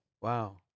Wow